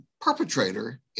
perpetrator